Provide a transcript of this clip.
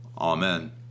amen